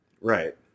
right